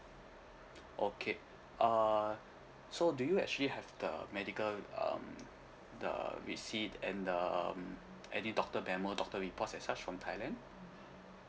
okay uh so do you actually have the medical um the receipt and the any doctor memo doctor reports as such from thailand